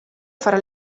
fare